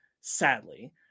sadly